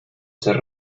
ser